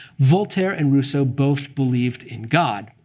voltaire and rousseau both believed in god,